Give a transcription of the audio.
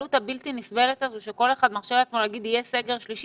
הקלות הבלתי נסבלת הזו שכל אחד מרשה לעצמו להגיד שיהיה סגר שלישי,